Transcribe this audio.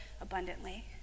abundantly